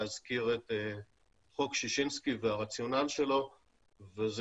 להזכיר את חוק ששינסקי והרציונל שלו וזה